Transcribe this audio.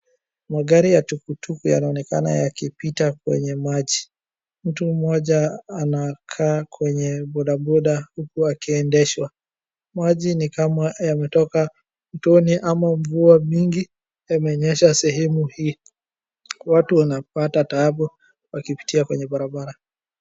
Magari ya tuktuk yanaonekana yakipita kwenye maji mtu mmoja anakaa kwenye bodaboda huku akiendeshwa. Maji ni kama yametoka mtoni ama mvua mingi yamenyesha sehemu hii. Watu wanapata taabu wakipitia kwenye barbara.